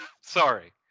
Sorry